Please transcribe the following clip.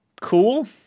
Cool